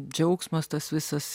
džiaugsmas tas visas